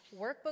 workbook